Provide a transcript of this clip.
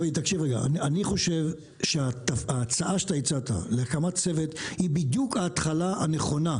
אני חושב שההצעה שאתה הצעת להקמת צוות היא בדיוק ההתחלה הנכונה,